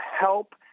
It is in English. help